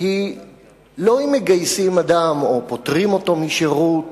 היא לא אם מגייסים אדם או פוטרים אותו משירות